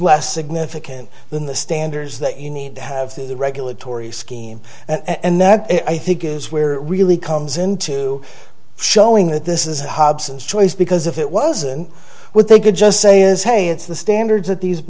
less significant than the standards that you need to have the regulatory scheme and that i think is where really comes into showing that this is a hobson's choice because if it wasn't what they could just say is hey it's the standards that these